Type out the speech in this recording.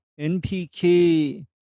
NPK